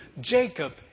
Jacob